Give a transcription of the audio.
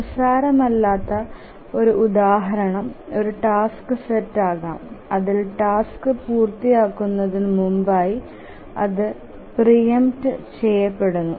നിസ്സാരമല്ലാത്ത ഒരു ഉദാഹരണം ഒരു ടാസ്ക് സെറ്റ് ആകാം അതിൽ ടാസ്ക് പൂർത്തിയാകുന്നതിന് മുമ്പായി അതു പ്രീ എംപ്ട് ചെയപെടുന്നു